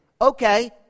Okay